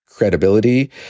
Credibility